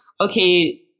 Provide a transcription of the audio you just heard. okay